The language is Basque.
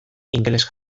ingeles